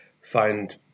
find